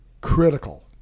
critical